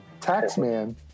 Taxman